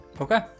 Okay